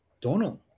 Donald